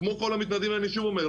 כמו כל המתנדבים אני שוב אומר,